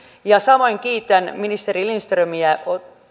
ja samoin kiitän ministeri lindströmiä